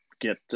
get